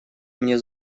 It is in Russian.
мне